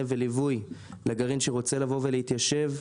וליווי לגרעין שרוצה לבוא ולהתיישב,